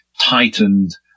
tightened